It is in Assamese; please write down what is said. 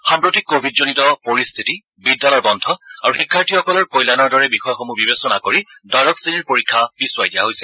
সাম্প্ৰতিক কোৱিডজনিত পৰিস্থিতি বিদ্যালয় বন্ধ আৰু শিক্ষাৰ্থীসকলৰ কল্যাণৰ দৰে বিষয়সমূহ বিবেচনা কৰি দ্বাদশ শ্ৰেণীৰ পৰীক্ষা পিছুৱাই দিয়া হৈছে